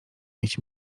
mieć